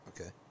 okay